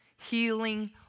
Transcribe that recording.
healing